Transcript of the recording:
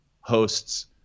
hosts